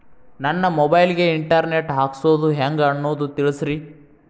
ನನ್ನ ಮೊಬೈಲ್ ಗೆ internet ಹಾಕ್ಸೋದು ಹೆಂಗ್ ಅನ್ನೋದು ತಿಳಸ್ರಿ